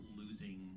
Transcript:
losing